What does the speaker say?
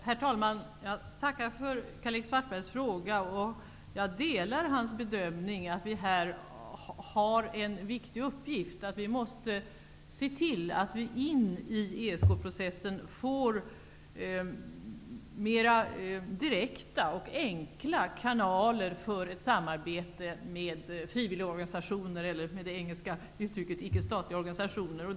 Herr talman! Jag tackar för Karl-Erik Svartbergs fråga. Jag delar hans bedömning att vi här har en viktig uppgift. Vi måste se till att vi i ESK processen får in mer direkta och enkla kanaler för ett samarbete med frivilligorganisationer eller, med det engelska uttrycket, ickestatliga organisationer.